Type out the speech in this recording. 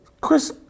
Chris